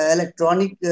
Electronic